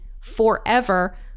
forever